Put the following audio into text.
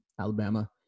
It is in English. Alabama